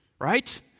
right